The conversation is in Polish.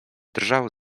drżał